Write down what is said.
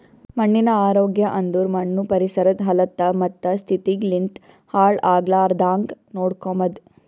ಮಣ್ಣಿನ ಆರೋಗ್ಯ ಅಂದುರ್ ಮಣ್ಣು ಪರಿಸರದ್ ಹಲತ್ತ ಮತ್ತ ಸ್ಥಿತಿಗ್ ಲಿಂತ್ ಹಾಳ್ ಆಗ್ಲಾರ್ದಾಂಗ್ ನೋಡ್ಕೊಮದ್